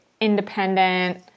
independent